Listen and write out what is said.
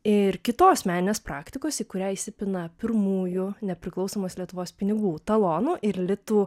ir kitos meninės praktikos į kurią įsipina pirmųjų nepriklausomos lietuvos pinigų talonų ir litų